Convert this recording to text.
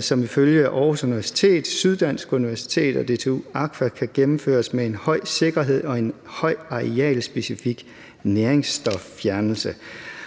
som ifølge Aarhus Universitet, Syddansk Universitet og DTU Aqua kan gennemføres med en høj sikkerhed og en høj arealspecifik næringsstoffjernelse.